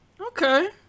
Okay